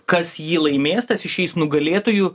kas jį laimės tas išeis nugalėtoju